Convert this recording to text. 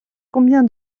combien